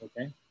Okay